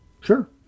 Sure